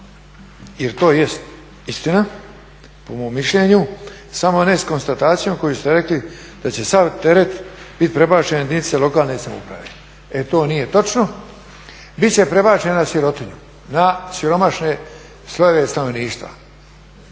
jer to jest istina, po mom mišljenju, samo ne s konstatacijom koju ste rekli da će sav teret biti prebačen na jedinice lokalne samouprave. E to nije točno, bit će prebačen na sirotinju, na siromašne slojeve stanovništva